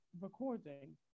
recording